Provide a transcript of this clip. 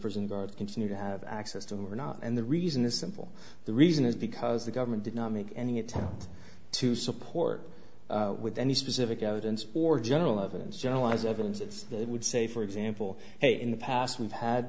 prison guard continue to have access to or not and the reason is simple the reason is because the government did not make any attempt to support with any specific evidence or general ovens generalized evidence it's that would say for example in the past we've had